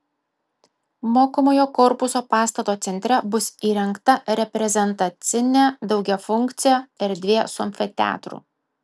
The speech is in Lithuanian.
mokomojo korpuso pastato centre bus įrengta reprezentacinė daugiafunkcė erdvė su amfiteatru